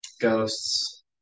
ghosts